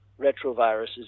retroviruses